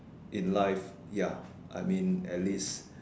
in life ya I mean at least